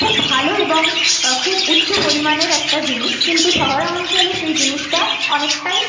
খুব ভালো এবং খুব উচ্চ পরিমাণের একটা জিনিস কিন্তু শহর অঞ্চলে সেই জিনিসটা অনেকটাই